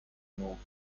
removed